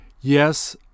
Yes